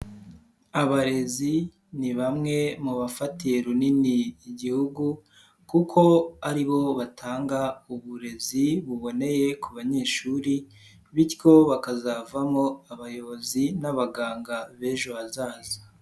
Abarezi ni bamwe mu bafatiye runini igihugu, kuko aribo batanga uburezi buboneye ku banyeshuri, bityo bakazavamo abayobozi n'abaganga b'ejo hazaza.